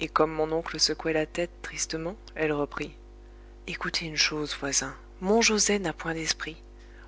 et comme mon oncle secouait la tête tristement elle reprit écoutez une chose voisin mon joset n'a point d'esprit